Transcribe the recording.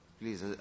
please